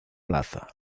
plaza